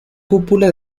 cúpula